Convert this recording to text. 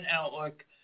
outlook